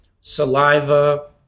saliva